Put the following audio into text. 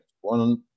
One